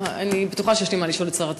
אני בטוחה שיש לי מה לשאול את שר התיירות,